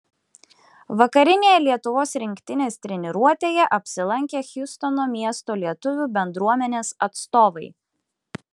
vakarinėje lietuvos rinktinės treniruotėje apsilankė hjustono miesto lietuvių bendruomenės atstovai